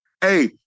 Hey